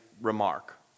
remark